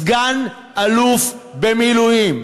סגן-אלוף במילואים,